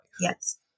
Yes